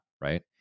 right